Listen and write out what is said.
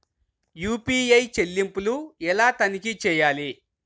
UPI చెల్లింపులు ఎలా తనిఖీ చేయాలి?